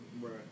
Right